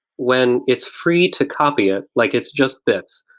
when it's free to copy it, like it's just bits,